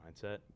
mindset